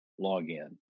login